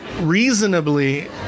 reasonably